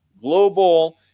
global